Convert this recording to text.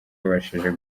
babashije